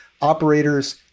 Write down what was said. operators